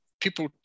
people